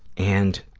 and